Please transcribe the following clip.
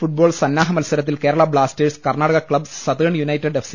football സന്നാഹ മത്സര ത്തിൽ Kerala blasters Karnataka club southern united F